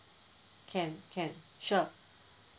can can sure